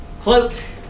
cloaked